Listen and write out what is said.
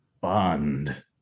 Bond